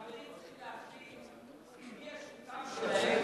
החרדים צריכים להחליט מי השותף שלהם